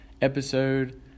episode